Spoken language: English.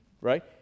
right